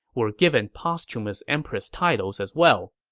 were given posthumous empress titles as well.